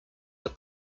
are